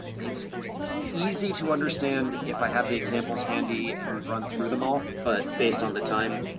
it's easy to understand if i have the examples handy and we run through them all, but based on the time,